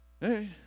Hey